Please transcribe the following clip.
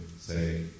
say